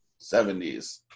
70s